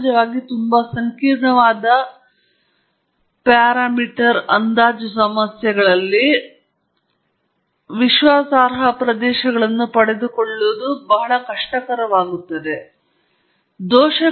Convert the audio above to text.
ಸಹಜವಾಗಿ ತುಂಬಾ ಸಂಕೀರ್ಣವಾದ ಪ್ಯಾರಾಮೀಟರ್ ಅಂದಾಜು ಸಮಸ್ಯೆಗಳಲ್ಲಿ ವಿಶ್ವಾಸಾರ್ಹ ಪ್ರದೇಶಗಳನ್ನು ಪಡೆದುಕೊಳ್ಳುವುದು ಬಹಳ ಕಷ್ಟಕರವಾಗಿರುತ್ತದೆ ಆದರೆ ನಿಮ್ಮ ಉತ್ತಮವಾದ ಹೊರತಾಗಿಯೂ ನೀವು ಪ್ರಯತ್ನಿಸಬೇಕು